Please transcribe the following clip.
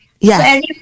Yes